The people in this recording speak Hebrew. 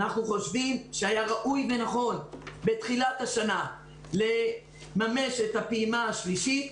אנחנו חושבים שהיה ראוי ונכון בתחילת השנה לממש את הפעימה השלישית.